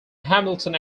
hamilton